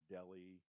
Delhi